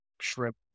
shrimp